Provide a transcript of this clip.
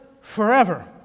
forever